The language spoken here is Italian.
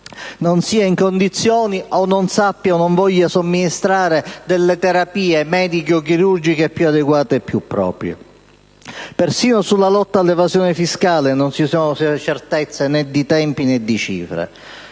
non sia in condizione, o non sappia o non voglia somministrare delle terapie, mediche o chirurgiche, più adeguate e più proprie. Persino sulla lotta all'evasione fiscale non ci sono certezze su tempi e cifre.